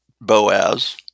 Boaz